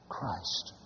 Christ